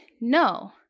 No